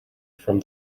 from